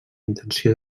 intenció